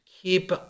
keep